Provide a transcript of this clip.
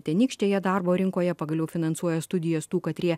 tenykštėje darbo rinkoje pagaliau finansuoja studijas tų katrie